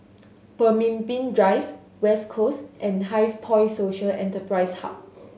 Pemimpin Drive West Coast and HighPoint Social Enterprise Hub